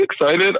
excited